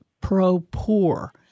pro-poor